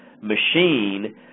machine